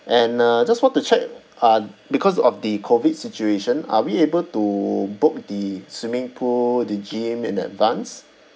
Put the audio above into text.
and uh just want to check uh because of the COVID situation are we able to book the swimming pool the gym in advance